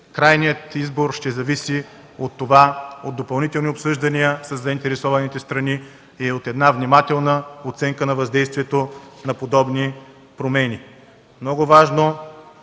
крайният избор ще зависи от допълнителните обсъждания със заинтересованите страни и от една внимателна оценка на въздействието на подобни промени. Много важно